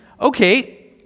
okay